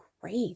great